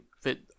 fit